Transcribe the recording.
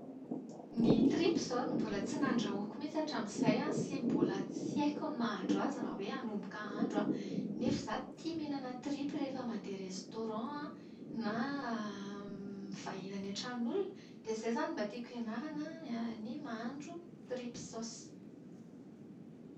Ny tripy izao no mbola tsy nandrahoiko mihitsy hatramin'izay sy mbola tsy haiko ny mahandro azy raha hoe hanomboka hahandro aho. Nefa zaho tia mihinana tripy rehefa mandeha restaurant an, na mivahiny any an-tranon'olona. Dia izay izany no mba tiako hianarana ny mahandro tripy saosy.